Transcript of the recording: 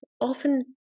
often